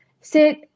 sit